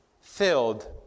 filled